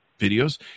videos